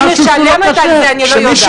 למה אני משלמת על זה אני לא יודעת.